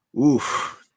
Oof